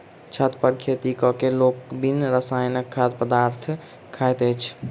छत पर खेती क क लोक बिन रसायनक खाद्य पदार्थ खाइत अछि